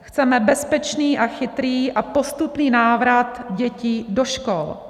Chceme bezpečný, chytrý a postupný návrat dětí do škol.